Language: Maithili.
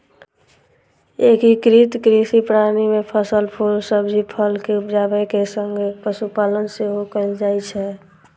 एकीकृत कृषि प्रणाली मे फसल, फूल, सब्जी, फल के उपजाबै के संग पशुपालन सेहो कैल जाइ छै